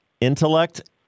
intellect